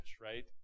right